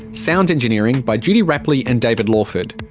sound engineering by judy rapley and david lawford,